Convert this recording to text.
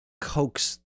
coax